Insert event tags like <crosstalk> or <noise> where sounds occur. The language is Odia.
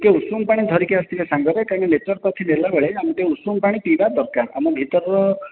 ଟିକିଏ ଉଷୁମ ପାଣି ଧରିକି ଆସିଥିବେ ସାଙ୍ଗରେ କାହିଁକି <unintelligible> ନେଚରୋପାଥି ନେଲା ବେଳେ ଟିକିଏ ଉଷୁମ ପାଣି ପିଇବା ଦରକାର ଆମ ଭିତରର